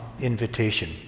invitation